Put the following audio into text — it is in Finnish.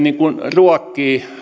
ruokkii